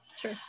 Sure